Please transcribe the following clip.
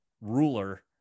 ruler